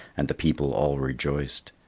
and the people all rejoiced.